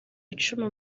icumu